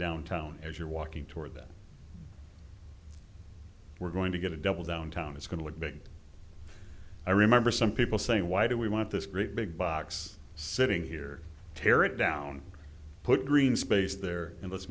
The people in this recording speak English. downtown as you're walking toward that we're going to get a double downtown it's going to get big i remember some people saying why do we want this great big box sitting here tear it down put green space there